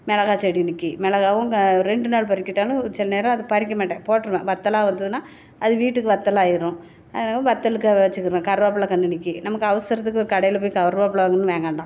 மிளகா செடி நிற்கி மிளகாவும் க ரெண்டு நாள் பறிக்கவிட்டாலும் ஒரு சில நேரம் அதை பறிக்க மாட்டேன் போட்டுருவேன் வத்தலா வந்துதுன்னால் அது வீட்டுக்கு வற்றலா ஆகிரும் அதனால் வற்றலுக்கு அதை வச்சுக்கிருவேன் கருவேப்புல்ல கன்று நிற்கி நமக்கு அவசரத்துக்கு ஒரு கடையில் போய் கருவேப்புல்ல வாங்கணும் வாங்கவேண்டாம்